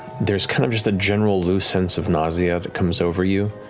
there's kind of just a general loose sense of nausea that comes over you,